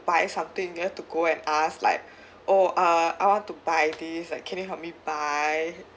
buy something you have to go and ask like oh uh I want to buy this like can you help me buy